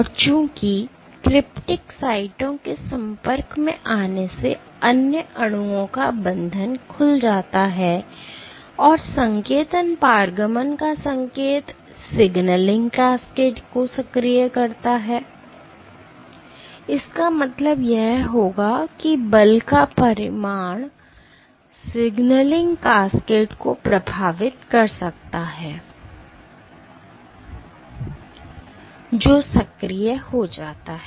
और चूंकि क्रिप्टिक साइटों के संपर्क में आने से अन्य अणुओं का बंधन खुल जाता है और संकेतन पारगमन का संकेत सिग्नलिंग कैस्केड को सक्रिय करता है इसका मतलब यह होगा कि बल का परिमाण सिग्नलिंग कैस्केड को प्रभावित कर सकता है जो सक्रिय हो जाता है